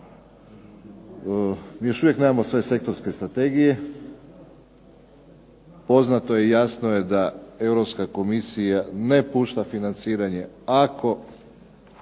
mi još uvijek nemamo sve sektorske strategije. Poznato je i jasno je da Europska komisija ne pušta financiranje ako